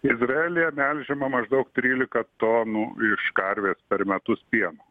izraelyje melžiama maždaug trylika tonų iš karvės per metus pieno